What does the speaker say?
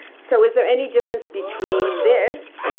so is there any difference between this